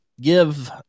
give